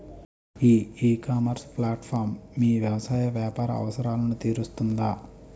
ఈ ecommerce platform మీ వ్యవసాయ వ్యాపార అవసరాలను తీరుస్తుందా?